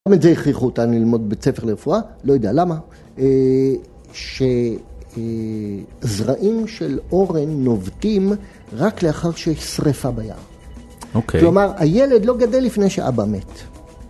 למה את זה הכריחו אותנו ללמוד בבית ספר לרפואה? לא יודע, למה? שזרעים של אורן נובטים רק לאחר שיש שרפה ביער. אוקיי. כלומר, הילד לא גדל לפני שאבא מת.